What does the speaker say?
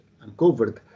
uncovered